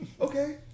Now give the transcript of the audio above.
Okay